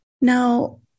Now